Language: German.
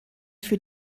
für